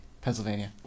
Pennsylvania